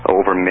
over